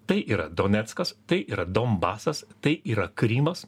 tai yra doneckas tai yra donbasas tai yra krymas